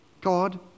God